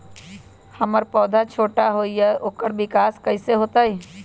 हमर पौधा छोटा छोटा होईया ओकर विकास कईसे होतई?